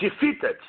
defeated